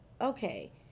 okay